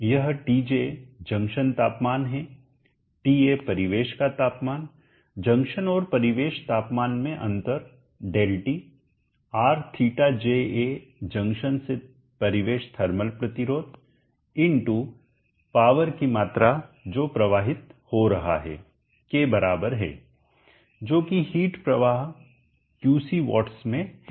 यह TJ junction तापमान है टीए परिवेश का तापमान जंक्शन और परिवेश तापमान में अंतर ΔT RθJA जंक्शन से परिवेश थर्मल प्रतिरोध पावर की मात्रा जो प्रवाहित हो रहा है के बराबर है जो कि हीट प्रवाह क्यूसी वाट्स में है